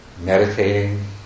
meditating